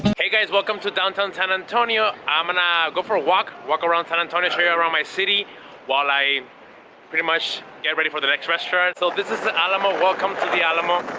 hey guys welcome to downtown san antonio i'm gonna go for a walk walk around san antonio area around my city while i pretty much get ready for the next restaurant so this is the alamo welcome to the alamo